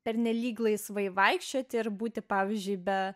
pernelyg laisvai vaikščioti ir būti pavyzdžiui be